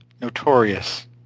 Notorious